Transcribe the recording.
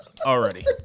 Already